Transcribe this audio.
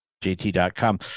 jt.com